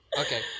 okay